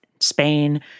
Spain